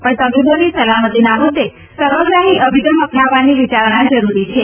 પણ તબીબોની સલામતી ના મૂદ્દે સર્વગ્રાહી અભિગમ અપનાવી વિચારણા જરૂરી છે